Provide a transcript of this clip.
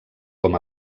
com